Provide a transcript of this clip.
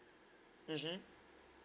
mmhmm